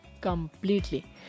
completely